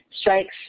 strikes